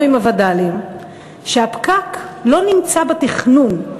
עם הווד"לים שהפקק לא נמצא בתכנון,